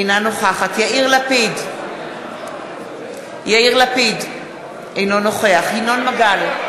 אינה נוכחת יאיר לפיד, אינו נוכח ינון מגל,